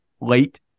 late